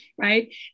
Right